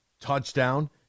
Touchdown